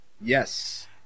yes